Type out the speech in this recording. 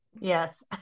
Yes